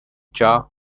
jar